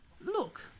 Look